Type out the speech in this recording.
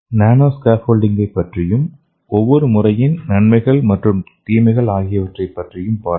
நானோ ஸ்கேபோல்டிங்கை பற்றியும் ஒவ்வொரு முறையின் நன்மைகள் மற்றும் தீமைகள் ஆகியவற்றைப் பற்றியும் பார்ப்போம்